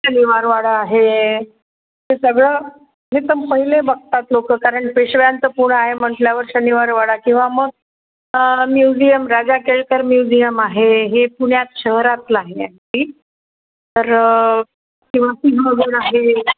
शनिवारवाडा आहे ते सगळं नुसतं पहिले बघतात लोक कारण पेशव्यांचं पुणं आहे म्हटल्यावर शनिवारवाडा किंवा मग म्युझियम राजा केळकर म्युझियम आहे हे पुण्यात शहरातलं आहे तर किंवा सिंहगड आहे